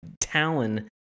talon